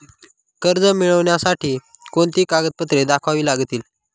कर्ज मिळण्यासाठी कोणती कागदपत्रे दाखवावी लागतील?